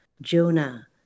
Jonah